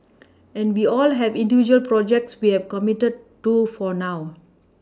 and we all have individual projects we have committed to for now